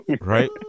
Right